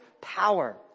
power